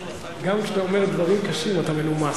אני לא יכול שלא להתחיל אתך.